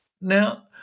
Now